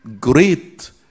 great